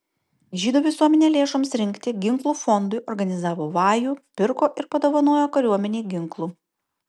žydų visuomenė lėšoms rinkti ginklų fondui organizavo vajų pirko ir padovanojo kariuomenei ginklų